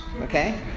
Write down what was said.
okay